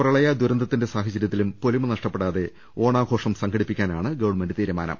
പ്രളയദുരന്തത്തിന്റെ സാഹചര്യത്തിലും പൊലിമ നഷ്ടപ്പെടാതെ ഓണാഘോഷം സംഘടിപ്പിക്കാനാണ് ഗവൺമെന്റ് തീരുമാനം